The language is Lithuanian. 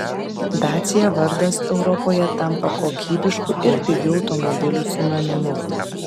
dacia vardas europoje tampa kokybiškų ir pigių automobilių sinonimu